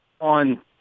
on